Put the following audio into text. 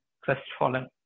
crestfallen